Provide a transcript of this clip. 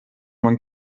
man